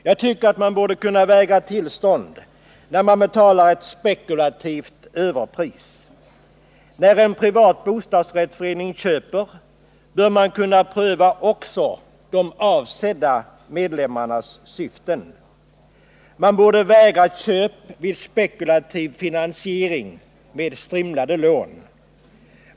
Jag tycker att man borde kunna vägra tillstånd när ett spekulativt överpris betalas. När en privat bostadsrättsförening köper bör man väl kunna pröva också de avsedda medlemmarnas syften. Man borde vägra köp vid spekulativ finansiering med strimlade lån.